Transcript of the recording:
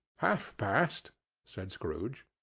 half-past! said scrooge.